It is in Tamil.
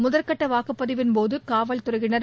முதல்கட்ட வாக்குப்பதிவின்போது காவல்துறையினர்